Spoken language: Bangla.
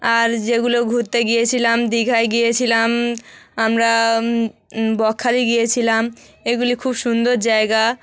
আর যেগুলো ঘুরতে গিয়েছিলাম দীঘায় গিয়েছিলাম আমরা বকখালি গিয়েছিলাম এগুলি খুব সুন্দর জায়গা